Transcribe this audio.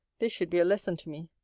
this should be a lesson to me.